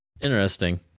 Interesting